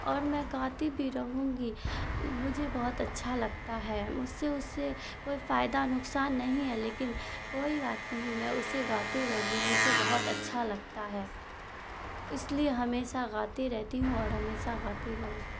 اور میں گاتی بھی رہوں گی مجھے بہت اچھا لگتا ہے مجھ سے اس سے کوئی فائدہ نقصان نہیں ہے لیکن کوئی بات نہیں میں اسے گاتی رہوں گی مجھے بہت اچھا لگتا ہے اس لیے ہمیشہ گاتی رہتی ہوں اور ہمیشہ گاتی رہوں گی